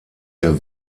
der